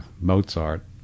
Mozart